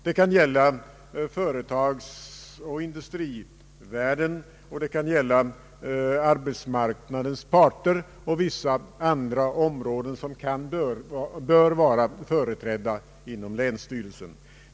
Det kan gälla företagsoch industrivärlden, arbetsmarknadens parter och vissa andra områden som bör vara företrädda inom länsstyrelsen.